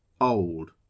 old